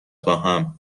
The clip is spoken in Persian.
باهم